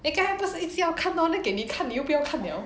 你刚才不是一直要看 lor then 给你看你又不要看了